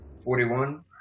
Forty-one